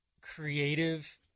creative